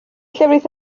llefrith